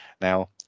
now